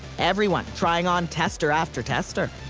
everyone trying on tester after tester.